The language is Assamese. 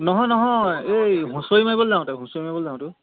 নহয় নহয় এই হুঁচৰি মাৰিবলৈ যাওঁতে হুঁচৰি মাৰিবলৈ যাওঁতে অঁ